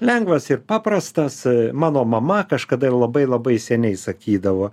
lengvas ir paprastas mano mama kažkada ir labai labai seniai sakydavo